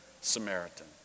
Samaritan